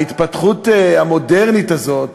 ההתפתחות המודרנית הזאת